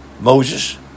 Moses